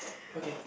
okay